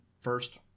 first